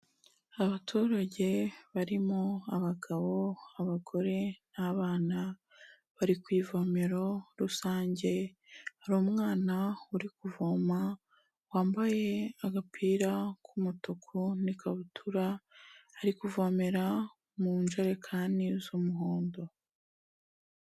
Abaturage barimo abagabo, abagore n'abana bari ku ivomero rusange, hari umwana uri kuvoma wambaye agapira k'umutuku n'ikabutura, ari kuvomera mu njerekani z'umuhondo.